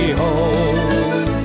home